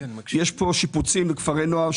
יש פה שיפוצים בכפרי נוער,